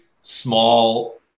small